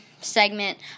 segment